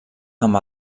amb